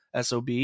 sob